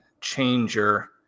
changer